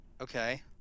okay